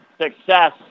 success